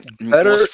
Better